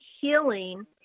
healing